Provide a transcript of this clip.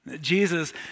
Jesus